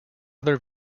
other